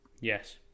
yes